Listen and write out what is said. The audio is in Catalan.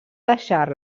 deixar